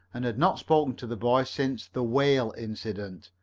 and had not spoken to the boy since the whale incident.